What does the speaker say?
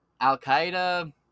Al-Qaeda